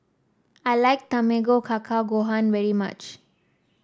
I like Tamago Kake Gohan very much